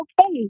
okay